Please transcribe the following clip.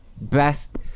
best